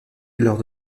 lors